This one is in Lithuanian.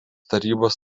tarybos